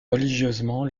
religieusement